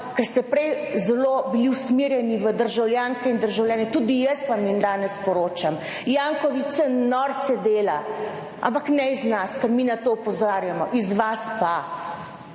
ker ste prej zelo bili usmerjeni v državljanke in državljane, tudi jaz vam, jim danes sporočam, Janković se norce dela, ampak ne iz nas, ker mi na to opozarjamo, iz vas pa.